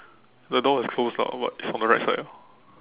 the door is closed lah but from the right side orh